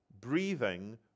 breathing